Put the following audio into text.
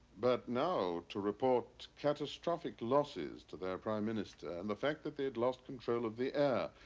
but now, to report catastrophic losses to their prime minister and the fact that they had lost control of the air.